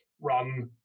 run